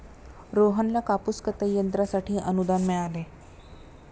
रोहनला कापूस कताई यंत्रासाठी अनुदान मिळाले